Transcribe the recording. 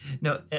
No